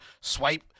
swipe